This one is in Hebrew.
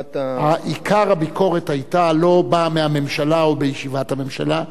עיקר הביקורת לא בא מהממשלה או בישיבת הממשלה,